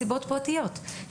מסיבות פרטיות,